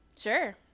sure